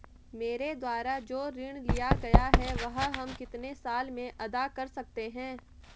मेरे द्वारा जो ऋण लिया गया है वह हम कितने साल में अदा कर सकते हैं?